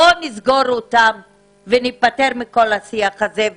בואו נסגור אותם וניפטר מכל השיח הזה,